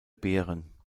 beeren